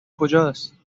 کجاست